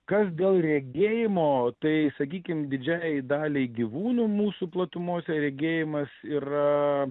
kas dėl regėjimo tai sakykim didžiajai daliai gyvūnų mūsų platumose regėjimas yra